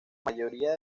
mayoría